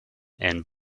and